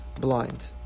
blind